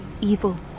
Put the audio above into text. evil